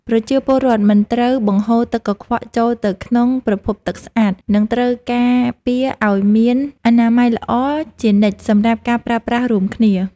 ប្រជាពលរដ្ឋមិនត្រូវបង្ហូរទឹកកខ្វក់ចូលទៅក្នុងប្រភពទឹកស្អាត និងត្រូវការពារឱ្យមានអនាម័យល្អជានិច្ចសម្រាប់ការប្រើប្រាស់រួមគ្នា។